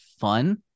fun